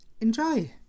Enjoy